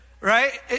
right